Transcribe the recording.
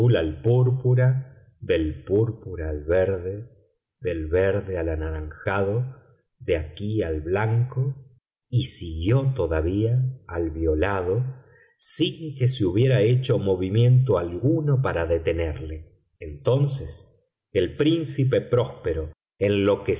púrpura del púrpura al verde del verde al anaranjado de aquí al blanco y siguió todavía al violado sin que se hubiera hecho movimiento alguno para detenerle entonces el príncipe próspero enloquecido por la